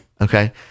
Okay